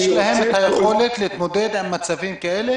יש להם את היכולת להתמודד עם מצבים כאלה?